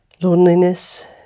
Loneliness